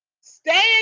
stay